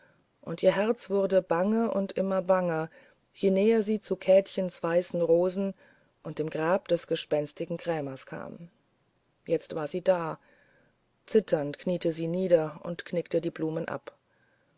und ihr herz wurde bange und immer banger je näher sie zu käthchens weißen rosen und zum grab des gespenstigen krämers kam jetzt war sie da zitternd kniete sie nieder und knickte die blumen ab